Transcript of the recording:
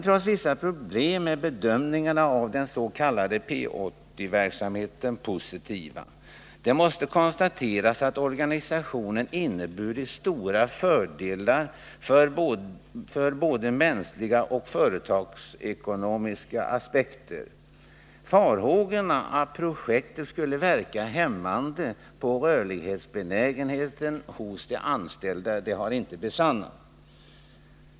Trots vissa problem är bedömningarna av den s.k. P 80-verksamheten positiva. Det måste konstateras att organisationen inneburit stora fördelar ur både mänskliga och företagsekonomiska aspekter. Farhågorna att projektet skulle verka hämmande på rörlighetsbenägenheten hos de anställda har inte besannats.